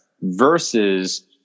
versus